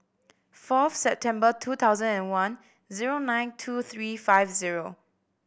fourth September two thousand and one zero nine two three five zero